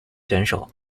选手